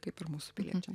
kaip ir mūsų piliečiam